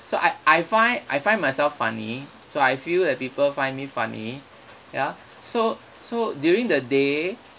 so I I find I find myself funny so I feel that people find me funny ya so so during the day